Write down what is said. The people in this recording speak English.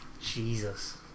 Jesus